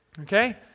Okay